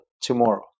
tomorrow